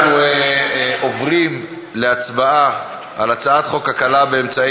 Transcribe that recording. אנחנו עוברים להצבעה על הצעת חוק הקלה באמצעי